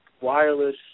wireless